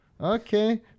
okay